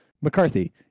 McCarthy